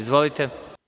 Izvolite.